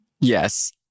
Yes